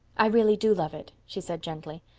i really do love it, she said gently.